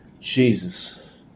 Jesus